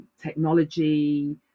technology